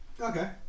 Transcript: Okay